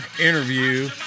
interview